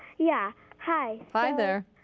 yeah, hi hi there.